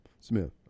Smith